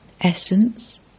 Essence